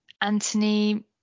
Anthony